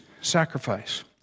sacrifice